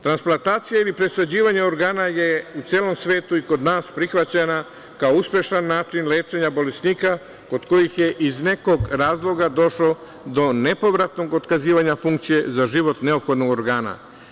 Transplantacija ili presađivanje organa je u celom svetu i kod nas prihvaćena kao uspešan način lečenja bolesnika kod kojih je iz nekog razloga došlo do nepovratnog otkazivanja funkcije za život neophodnog organa.